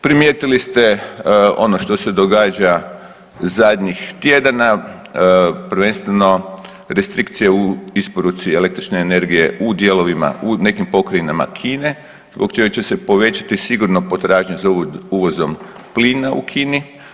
Primijetili ste ono što se događa zadnjih tjedana, prvenstveno restrikcije u isporuci električne energije u dijelovima u nekim pokrajinama Kine zbog čega će se povećati sigurno potražnja za uvozom plina u Kini.